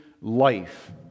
life